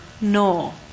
No